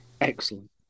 Excellent